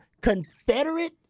Confederate